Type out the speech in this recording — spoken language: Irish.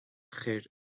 chuir